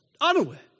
Unaware